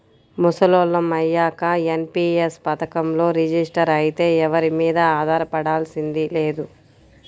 ముసలోళ్ళం అయ్యాక ఎన్.పి.యస్ పథకంలో రిజిస్టర్ అయితే ఎవరి మీదా ఆధారపడాల్సింది లేదు